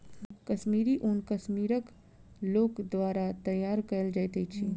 कश्मीरी ऊन कश्मीरक लोक द्वारा तैयार कयल जाइत अछि